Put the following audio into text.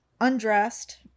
undressed